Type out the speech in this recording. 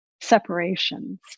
separations